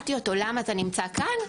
שאלתי אותו למה אתה נמצא כאן,